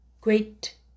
great